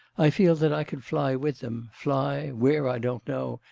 i feel that i could fly with them, fly, where i don't know,